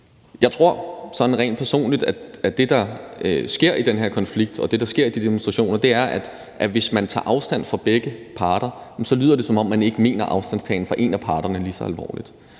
Jeg tror sådan rent personligt, at det, der sker i den her konflikt, og det, der sker til de demonstrationer, er, at hvis man tager afstand fra begge parter, lyder det, som om man ikke mener afstandstagen fra en af parterne lige så alvorligt.